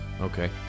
Okay